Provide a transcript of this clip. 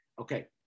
Okay